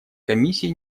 комиссии